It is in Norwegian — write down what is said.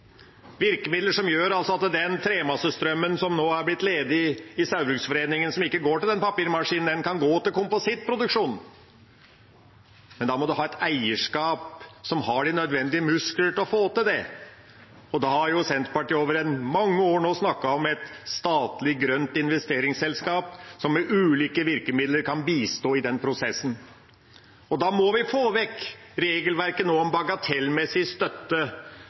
virkemidler som gjør at den tremassetrømmen som nå er blitt ledig i Saugbrugsforeningen, som ikke går til papirmaskinen, kan gå til komposittproduksjon. Men da må en ha et eierskap som har de nødvendige muskler for å få til det. Senterpartiet har over mange år nå snakket om et statlig grønt investeringsselskap, som med ulike virkemidler kan bistå i den prosessen. Da må vi få vekk regelverket vi nå har om bagatellmessig støtte